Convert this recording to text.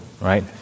right